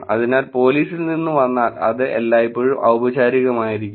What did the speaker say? അതിനാൽ പോലീസിൽ നിന്ന് വന്നാൽ അത് എല്ലായ്പ്പോഴും ഔപചാരികമായിരിക്കും